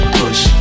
push